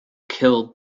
killed